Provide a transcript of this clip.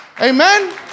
Amen